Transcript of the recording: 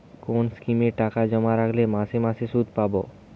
কোন স্কিমে টাকা জমা রাখলে মাসে মাসে সুদ পাব?